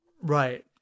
Right